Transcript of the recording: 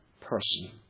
person